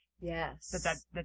Yes